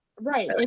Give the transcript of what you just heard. Right